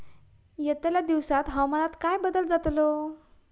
यतल्या दिवसात हवामानात काय बदल जातलो?